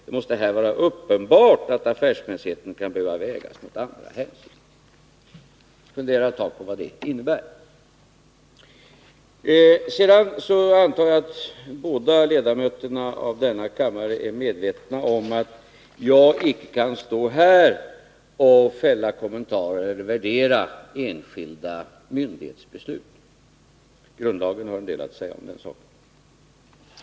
Det måste här vara uppenbart att affärsmässigheten kan behöva vägas mot andra hänsyn.” Fundera ett tag på vad det innebär! Sedan antar jag att båda ledamöterna av denna kammare är medvetna om att jag icke kan stå här och fälla kommentarer eller värdera enskilda myndighetsbeslut. Grundlagen har en del att säga om den saken.